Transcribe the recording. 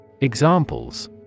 Examples